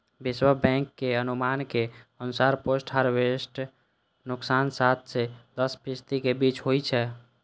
विश्व बैंकक अनुमान के अनुसार पोस्ट हार्वेस्ट नुकसान सात सं दस फीसदी के बीच होइ छै